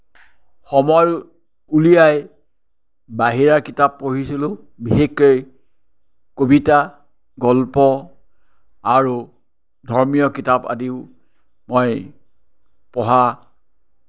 সময় উলিয়াই বাহিৰা কিতাপ পঢ়িছিলোঁ বিশেষকৈ কবিতা গল্প আৰু ধৰ্মীয় কিতাপ আদিও মই পঢ়া